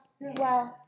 Wow